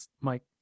Mike